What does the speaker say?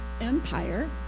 Empire